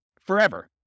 forever